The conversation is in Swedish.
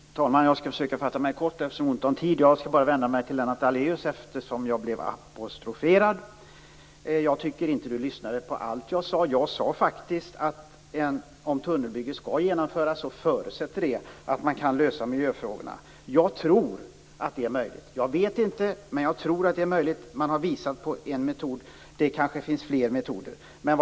Fru talman! Jag skall försöka fatta mig kort eftersom det är ont om tid. Jag skall vända mig till Lennart Daléus eftersom jag blev apostroferad. Jag tycker inte att han lyssnade på allt jag sade. Jag sade faktiskt att om tunnelbygget skall genomföras så förutsätter det att man kan lösa miljöfrågorna. Jag tror att det är möjligt. Jag vet inte, men jag tror att det är möjligt. Man har visat på en metod. Det kanske finns fler metoder.